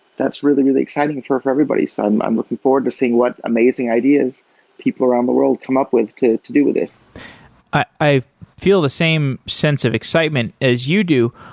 that's really, really exciting for for everybody. so i'm i'm looking forward to seeing what amazing ideas people around the world come up with to to do with this i feel the same sense of excitement as you do.